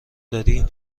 داری